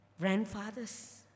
grandfathers